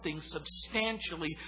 substantially